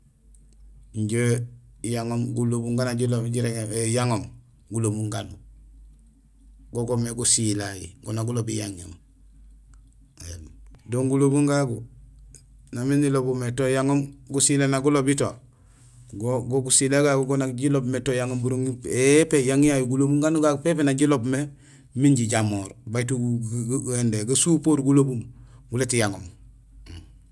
Injé yaŋoom gulobum gaan nak jiloob mé jirégéén yaŋoom, gulobum ganuur, go goomé gusilay; go na golobi yaŋoom. Do gulobum gagu nang miin ilibul mé tahé ton yaŋoom gusilay na gulobito go; go gusilay gagu go nak jiloob mé to yaŋoom buroŋiil pépé yang yayu gulobum ganu gagu na jiloob mé min jijamoor, bajut to gasupoor gulobum; guléét yaŋoom.